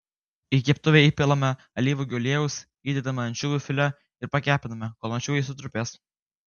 į keptuvę įpilame alyvuogių aliejaus įdedame ančiuvių filė ir pakepiname kol ančiuviai sutrupės